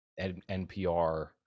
NPR